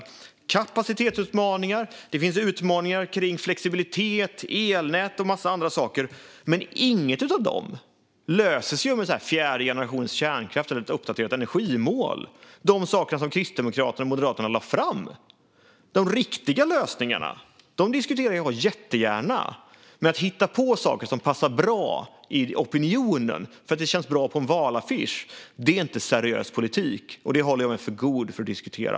Det är kapacitetsutmaningar. Det finns utmaningar i fråga om flexibilitet, elnät och en mängd andra saker. Men inga av dem löses med fjärde generationens kärnkraft eller ett uppdaterat energimål, som Kristdemokraterna och Moderaterna lade fram. De riktiga lösningarna diskuterar jag gärna. Men att hitta på saker som passar bra i opinionen, för att det känns bra på en valaffisch, är inte seriös politik. Det håller jag mig för god för att diskutera.